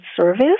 service